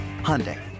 Hyundai